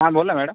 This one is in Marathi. हां बोला मॅडम